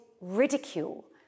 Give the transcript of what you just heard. ridicule